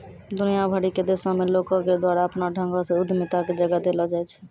दुनिया भरि के देशो मे लोको के द्वारा अपनो ढंगो से उद्यमिता के जगह देलो जाय छै